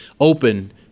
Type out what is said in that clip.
open